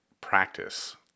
practice